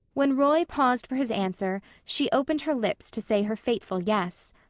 when roy paused for his answer she opened her lips to say her fateful yes.